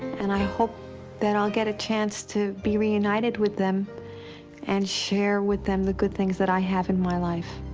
and i hope that i'll get a chance to be reunited with them and share with them the good things that i have in my life.